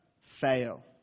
fail